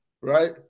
Right